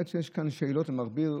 יש כאן באמת שאלות למכביר,